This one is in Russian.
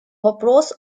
вопрос